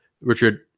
Richard